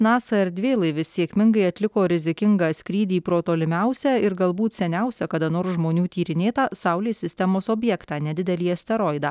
nasa erdvėlaivis sėkmingai atliko rizikingą skrydį pro tolimiausią ir galbūt seniausią kada nors žmonių tyrinėtą saulės sistemos objektą nedidelį asteroidą